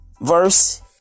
Verse